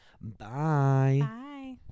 bye